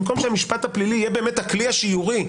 במקום שהמשפט הפלילי יהיה באמת הכלי השיורי,